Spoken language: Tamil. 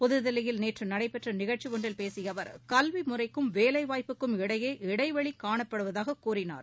புத்தில்லியில் நேற்றுநடைபெற்றநிகழ்ச்சிஒன்றில் பேசியஅவர் கல்விமுறைக்கும் வேலைவாய்ப்புக்கும் இடையே இடைவெளிகாணப்படுவதாககூறினார்